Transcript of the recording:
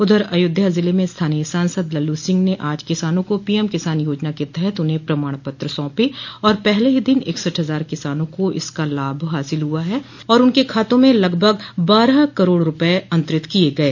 उधर अयोध्या ज़िले में स्थानीय सांसद लल्लू सिंह ने आज किसानों को पीएम किसान योजना के तहत उन्हें प्रमाण पत्र सौंपे और पहले ही दिन इकसठ हजार किसानों को इसका लाभ हासिल हुआ है और उनके खातों में लगभग बारह करोड़ रूपये अंतरित किये गये